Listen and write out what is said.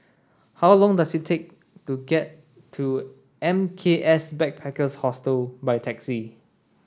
how long does it take to get to M K S Backpackers Hostel by taxi